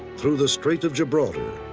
through the strait of gibraltar,